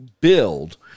build